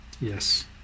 Yes